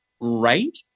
right